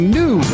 new